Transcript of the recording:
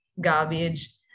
garbage